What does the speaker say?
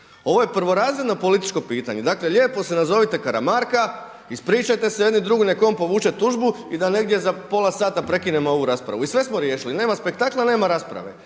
Ovo je prvorazredno političko pitanje. Dakle lijepo si nazovite Karamarka, ispričajte se jedni drugima, nek povuče tužbu i da negdje za pola sata prekinemo ovu raspravu i sve smo riješili. Nema spektakla nema rasprave.